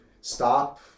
stop